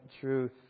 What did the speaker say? truth